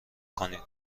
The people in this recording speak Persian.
کنید